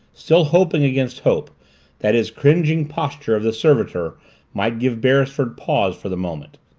still hoping against hope that his cringing posture of the servitor might give beresford pause for the moment.